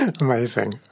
Amazing